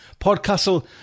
Podcastle